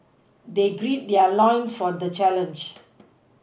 they gird their loins for the challenge